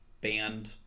band